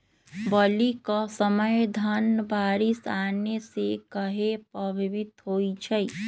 बली क समय धन बारिस आने से कहे पभवित होई छई?